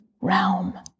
realm